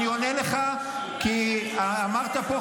אני עונה לך כי אמרת פה.